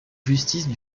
justice